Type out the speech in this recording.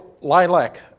lilac